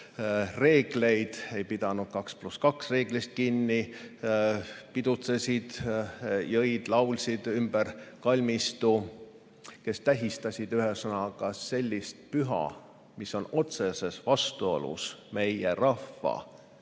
reegleid, ei pidanud 2 + 2 reeglist kinni, pidutsesid, jõid, laulsid kalmistul – kes tähistasid, ühesõnaga, sellist püha, mis on otseses vastuolus meie rahva